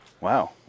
Wow